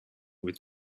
with